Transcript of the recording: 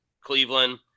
Cleveland